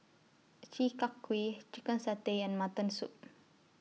Chi Kak Kuih Chicken Satay and Mutton Soup